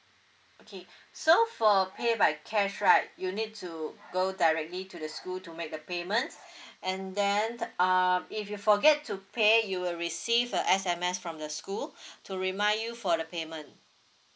okay so for pay by cash right you need to go directly to the school to make the payments and then um if you forget to pay you will receive a S_M_S from the school to remind you for the payment